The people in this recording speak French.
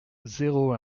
zéro